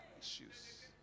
Issues